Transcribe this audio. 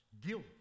Guilt